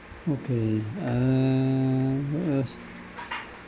okay err what else